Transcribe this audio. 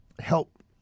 help